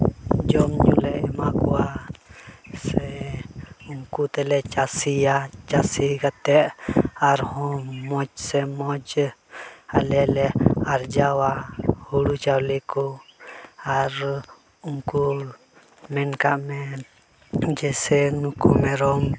ᱡᱚᱢᱼᱧᱩ ᱞᱮ ᱮᱢᱟ ᱠᱚᱣᱟ ᱥᱮ ᱩᱱᱠᱩ ᱛᱮᱞᱮ ᱪᱟᱥᱮᱭᱟ ᱪᱟᱥ ᱠᱟᱛᱮᱫ ᱟᱨᱦᱚᱸ ᱢᱚᱡᱽ ᱥᱮ ᱢᱚᱡᱽ ᱟᱞᱮ ᱞᱮ ᱟᱨᱡᱟᱣᱟ ᱦᱩᱲᱩ ᱪᱟᱣᱞᱮ ᱠᱚ ᱟᱨ ᱩᱱᱠᱩ ᱢᱮᱱ ᱠᱟᱜ ᱢᱮ ᱡᱮᱭᱥᱮ ᱱᱩᱠᱩ ᱢᱮᱨᱚᱢ